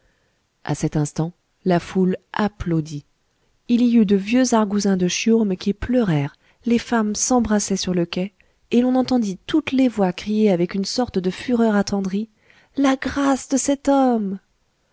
à cet instant la foule applaudit il y eut de vieux argousins de chiourme qui pleurèrent les femmes s'embrassaient sur le quai et l'on entendit toutes les voix crier avec une sorte de fureur attendrie la grâce de cet homme